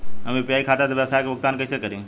हम यू.पी.आई खाता से व्यावसाय के भुगतान कइसे करि?